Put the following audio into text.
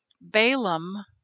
Balaam